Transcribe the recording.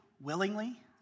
willingly